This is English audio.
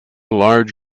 large